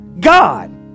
God